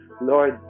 Lord